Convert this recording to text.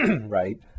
right